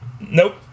Nope